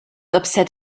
upset